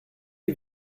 est